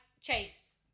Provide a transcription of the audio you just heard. chase